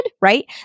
right